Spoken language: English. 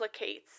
replicates